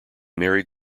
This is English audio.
married